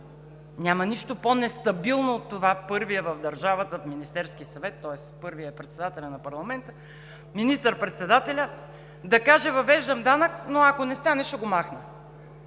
Няма нищо по-нестабилно от това първият в държавата, в Министерския съвет, тоест първи е председателят на парламента, министър-председателят да каже: „Въвеждам данък, но ако не стане, ще го махна.“